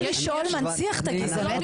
לא לשאול מנציח את הגזענות.